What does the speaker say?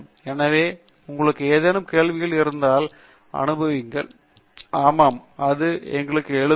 எனவே உங்களுக்கு ஏதேனும் கேள்விகள் இருந்தால் அனுபவியுங்கள் ஆமாம் எங்களுக்கு எழுதவும்